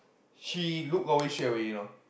she look away straight away you know